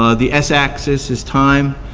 ah the x axis is time,